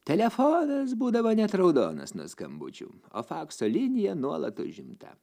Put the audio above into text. telefonas būdavo net raudonas nuo skambučių o fakso linija nuolat užimta